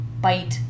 bite